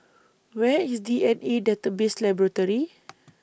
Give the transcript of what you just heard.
Where IS D N A Database Laboratory